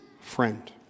friend